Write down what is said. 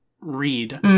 read